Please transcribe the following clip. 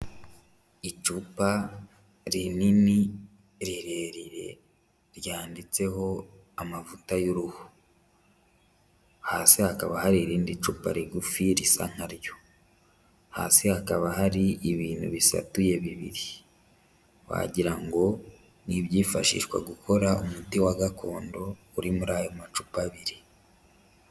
Icupa rinini rirerire ryanditseho amavuta y'uruhu, hasi hakaba hari irindi cupa rigufi risa nka ryo, hasi hakaba hari ibintu bisatuye bibiri, wagira ngo ni ibyifashishwa gukora umuti wa gakondo uri muri ayo macupa abiri.